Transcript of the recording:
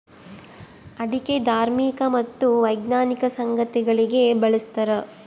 ಅಡಿಕೆ ಧಾರ್ಮಿಕ ಮತ್ತು ವೈಜ್ಞಾನಿಕ ಸಂಗತಿಗಳಿಗೆ ಬಳಸ್ತಾರ